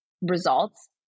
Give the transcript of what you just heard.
results